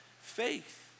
faith